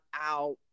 out